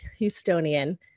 Houstonian